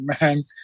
man